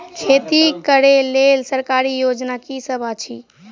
खेती करै लेल सरकारी योजना की सब अछि?